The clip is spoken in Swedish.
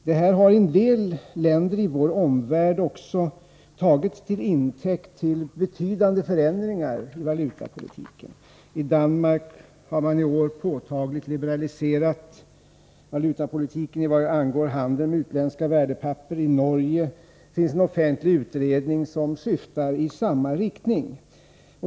Det här har en del länder i vår omvärld också tagit till intäkt för betydande förändringar av valutapolitiken. I Danmark har man i år påtagligt liberaliserat valutapolitiken vad gäller handeln med utländska värdepapper. I Norge finns en offentlig utredning i samma syfte.